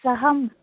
सहं